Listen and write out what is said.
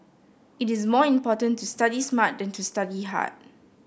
it is more important to study smart than to study hard